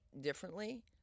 differently